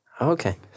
Okay